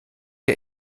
der